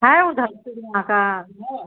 है उधर चिड़ियाँ का घर